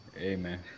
Amen